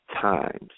times